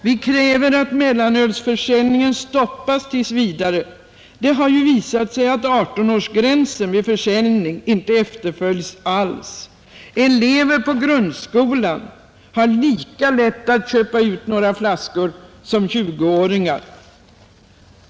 ——— Vi kräver att mellanölsförsäljningen stoppas tills vidare. Det har ju visat sig att 18-årsgränsen vid försäljning inte efterföljs alls. Elever på grundskolan har lika lätt att köpa ut några flaskor som 20-åringar.